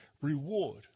reward